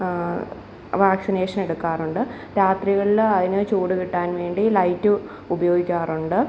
വാക്സീനേഷന് എടുക്കാറുണ്ട് രാത്രികളില് അതിന് ചൂടുകിട്ടാന് വേണ്ടി ലൈറ്റ് ഉപയോഗിക്കാറുണ്ട്